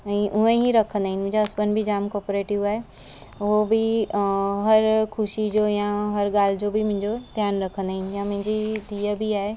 ऐं उअं ई रखंदा आहिनि मुंहिंजा हस्बैंड बि जाम कोओपरेटिव आहे उहे बि हर ख़ुशी जो या हर ॻाल्हि जो बि मुंहिंजो ध्यानु रखंदा आहिनि या मुंहिंजी धीउ बि आहे